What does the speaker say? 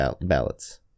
ballots